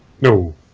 No